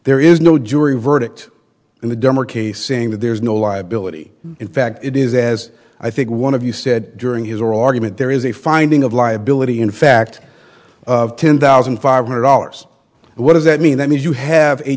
there is no jury verdict and the democrats saying that there is no liability in fact it is as i think one of you said during his oral argument there is a finding of liability in fact of ten thousand five hundred dollars what does that mean that means you have a